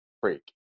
freak